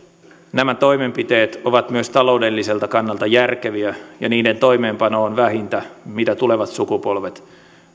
nämä toimenpiteet ovat myös taloudelliselta kannalta järkeviä ja niiden toimeenpano on vähintä mitä tulevat sukupolvet